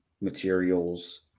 materials